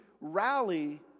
rally